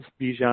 Bijan